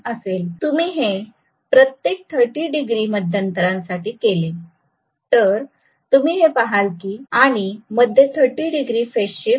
तुम्ही हे प्रत्येक 30 डिग्री मध्यांतरासाठी केले तर तुम्ही हे पाहाल की आणि मध्ये 30 डिग्री फेज शिफ्ट आहे